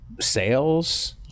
sales